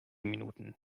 minuten